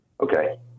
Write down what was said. Okay